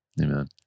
Amen